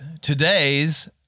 today's